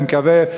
אני מקווה,